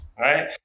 right